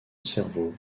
cerveau